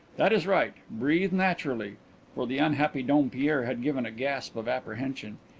that is right breathe naturally for the unhappy dompierre had given a gasp of apprehension.